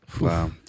Wow